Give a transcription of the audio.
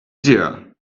dear